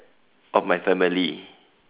of my family